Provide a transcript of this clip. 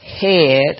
head